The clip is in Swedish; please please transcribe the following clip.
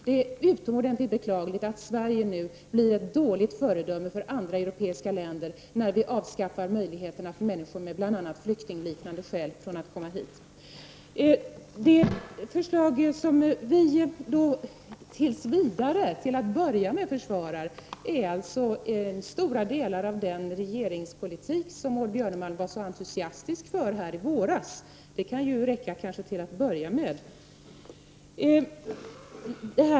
Det är utomordentligt beklagligt att Sverige blir ett dåligt föredöme för andra europeiska länder nu när vi avskaffar möjligheterna för människor med bl.a. flyktingliknande skäl att komma hit. Det förslag som vi tills vidare försvarar är alltså identiskt med stora delar av den regeringspolitik som Maud Björnemalm var så entusiastisk för här i våras — det kan kanske räcka till att börja med.